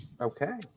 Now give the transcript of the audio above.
Okay